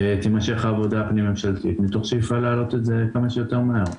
תימשך העבודה הפנים-ממשלתית מתוך שאיפה להעלות את זה כמה שיותר מהר.